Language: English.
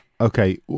Okay